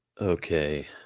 okay